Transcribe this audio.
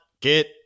get –